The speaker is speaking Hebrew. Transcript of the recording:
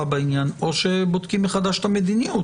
בעניין או שבודקים מחדש את המדיניות.